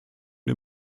der